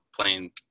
playing